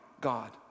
God